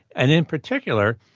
and in particular,